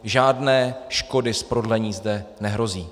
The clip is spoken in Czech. Žádné škody z prodlení zde nehrozí.